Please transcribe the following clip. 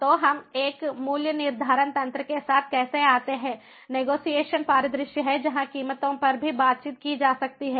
तो हम एक मूल्य निर्धारण तंत्र के साथ कैसे आते हैं नेगोशिएशन परिदृश्य है जहां कीमतों पर भी बातचीत की जा सकती है